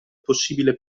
possibile